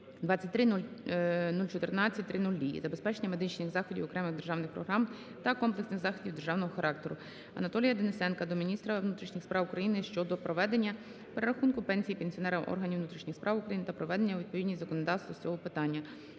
23014000 "Забезпечення медичних заходів окремих державних програм та комплексних заходів державного характеру". Анатолія Денисенка до міністра внутрішніх справ України щодо проведення перерахунку пенсій пенсіонерам органів внутрішніх справ України та проведення у відповідність законодавства з цього питання.